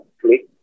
click